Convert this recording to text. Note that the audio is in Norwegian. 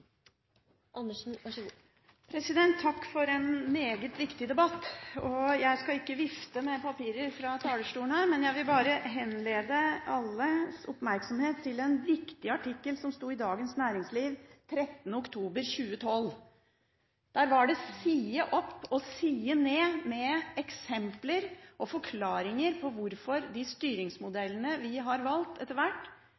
Takk for en meget viktig debatt. Jeg skal ikke vifte med papirer fra talerstolen, jeg vil bare henlede alles oppmerksomhet på en viktig artikkel som sto i Dagens Næringsliv 13. oktober 2012. Der var det side opp og side ned med eksempler og forklaringer på hvorfor de